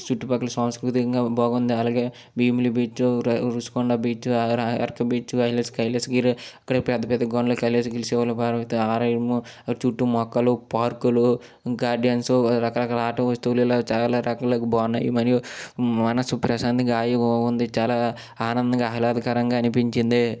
చుట్టుపక్కల సంస్కృతి ఇంకా బాగుంది అలాగే భీమిలి బీచు ర Rushikonda beach Araku beach beach Kailash Kailasagiri అక్కడే పెద్ద పెద్ద కొండలు కైలాసగిల్స్ శివ పార్వతి ఆలయము చుట్టూ మొక్కలు పార్క్లు ఇంకా డ్యాన్సు రకరకాల ఆట వస్తువులు ఇలాగ చాలా రకాల బాగున్నాయి మరియు మనసు ప్రశాంతంగా హాయిగా ఉంది చాలా ఆనందంగా ఆహ్లాదకరంగా అనిపించింది